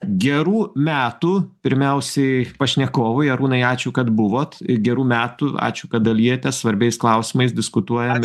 gerų metų pirmiausiai pašnekovui arūnai ačiū kad buvot gerų metų ačiū kad dalijatės svarbiais klausimais diskutuojam